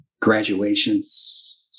graduations